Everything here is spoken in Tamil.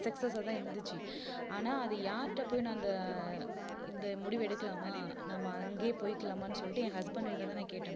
சக்ஸஸாக தான் இருந்துச்சு ஆனால் அது யார்கிட்ட போய் நான் அந்த இந்த முடிவு எடுக்கலாமா நம்ம அங்கையே போய்க்கலாமான்னு சொல்லிட்டு என் ஹஸ்பண்ட் கிட்ட தான் நான் கேட்டேன்